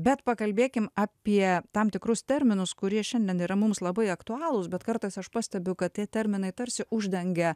bet pakalbėkim apie tam tikrus terminus kurie šiandien yra mums labai aktualūs bet kartais aš pastebiu kad tie terminai tarsi uždengia